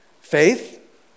Faith